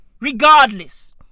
regardless